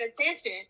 attention